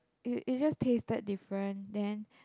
it it just tasted different then